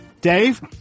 dave